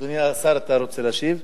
אדוני השר, אתה רוצה להשיב?